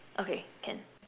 okay can